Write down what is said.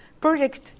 project